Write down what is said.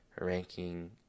ranking